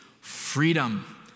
freedom